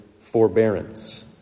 forbearance